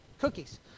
cookies